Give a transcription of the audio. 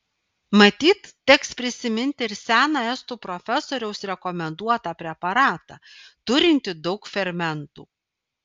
matyt teks prisiminti ir seną estų profesoriaus rekomenduotą preparatą turintį daug fermentų